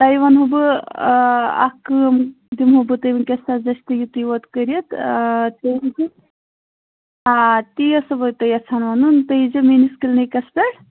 تۅہہِ ونہو بہٕ اکھ کٲم دِمہو تہٕ بہٕ وُِنکیٚنَس حظ یوٗتُے یوت کٔرِتھ آ تی ٲسو بہٕ تۅہہِ یژھان وَنُن تُہۍ ییٖزیٚو میٛٲنِس کِلنِکس پیٚٹھ